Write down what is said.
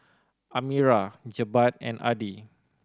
Amirah Jebat and Adi